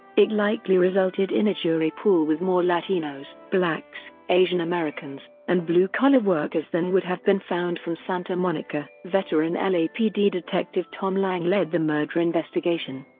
it likely resulted in a jury pool with more latinos, blacks, asian-americans, and blue-collar workers than would have been found from santa monica. veteran lapd detective tom lange led the murder investigation.